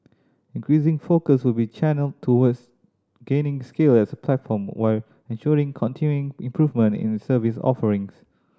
increasing focus will channelled towards gaining scale as a platform while ensuring continuing improvement in its service offering